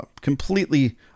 completely